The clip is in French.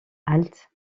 halte